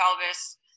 pelvis